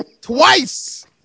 twice